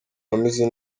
ameze